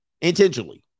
intentionally